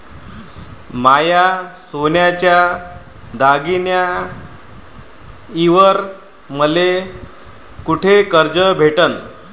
माया सोन्याच्या दागिन्यांइवर मले कुठे कर्ज भेटन?